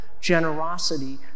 generosity